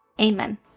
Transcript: Amen